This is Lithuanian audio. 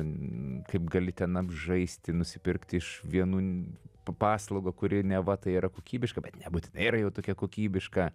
n kaip gali ten apžaisti nusipirkti iš vienų p paslaugą kuri neva tai yra kokybiška bet nebūtinai yra jau tokia kokybiška